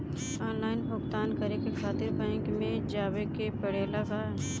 Online भुगतान करे के खातिर बैंक मे जवे के पड़ेला का?